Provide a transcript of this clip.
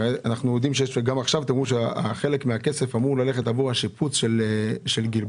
אנחנו יודעים שחלק מהכסף אמור להיות עבור שיפוץ גלבוע.